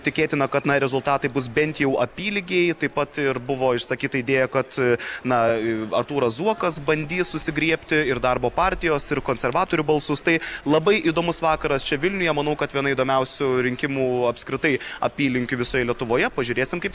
tikėtina kad na rezultatai bus bent jau apylygiai taip pat ir buvo išsakyta idėja kad na artūras zuokas bandys susigriebti ir darbo partijos ir konservatorių balsus tai labai įdomus vakaras čia vilniuje manau kad viena įdomiausių rinkimų apskritai apylinkių visoj lietuvoje pažiūrėsime kaip